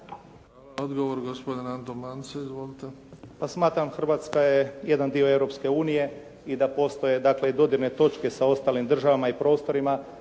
Odgovor, gospodin Anton Mance. Izvolite. **Mance, Anton (HDZ)** Pa smatram Hrvatska je jedan dio Europske unije i da postoje dakle i dodirne točke sa ostalim državama i prostorima